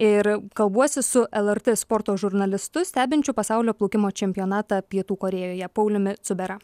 ir kalbuosi su lrt sporto žurnalistu stebinčiu pasaulio plaukimo čempionatą pietų korėjoje pauliumi cubera